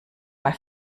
bei